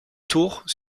tours